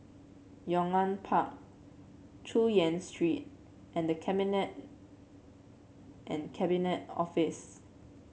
Yong An Park Chu Yen Street and The Cabinet and Cabinet Office